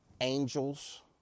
angels